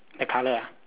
the colour ah